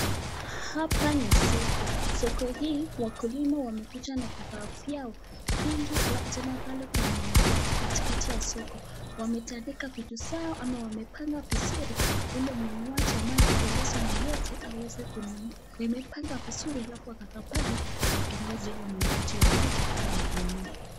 Hapa ni soko. Soko hii wakulima wamekuja na vifaa vyao vingi alafu tena pale kuna maango. Katikati ya soko wametandika vitu saau ama wamepanga vizuri ile mnunuaji amependezwa na yote aweze kununua. Imepangwa vizuri alafu wakakaa pale wakiongoja wanunuaji wafike ili wanunue.